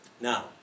Now